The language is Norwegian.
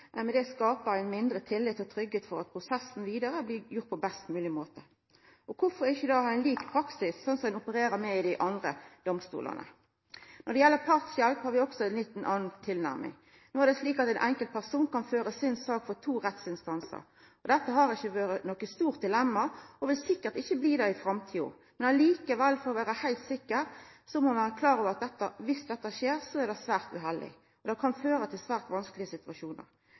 prosessen vidare blir gjord på best mogleg måte. Korfor ikkje då ha ein lik praksis, slik ein opererer med i dei andre domstolane? Når det gjeld partshjelp, har vi også ei litt anna tilnærming. No er det slik at ein enkelt person kan føra si sak for to rettsinstansar. Dette har ikkje vore noko stort dilemma og vil sikkert ikkje bli det i framtida. Men likevel, for å vera heilt sikker, må ein vera klar over at dersom dette skjer, er det svært uheldig, og det kan føra til svært vanskelege situasjonar.